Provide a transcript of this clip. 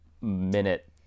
minute